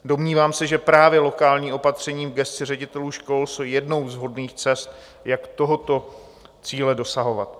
Domnívám se, že právě lokální opatření v gesci ředitelů škol jsou jednou z vhodných cest, jak tohoto cíle dosahovat.